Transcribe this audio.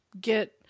get